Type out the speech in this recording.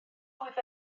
oedd